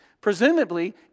Presumably